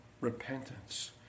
Repentance